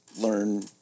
Learn